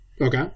Okay